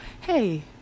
hey